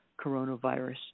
coronavirus